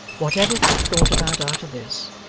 whatever kit thought about after this,